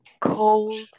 Cold